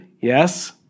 Yes